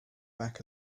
back